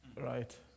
right